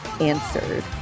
answered